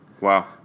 Wow